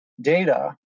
data